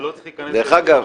זה לא צריך להיכנס --- דרך אגב,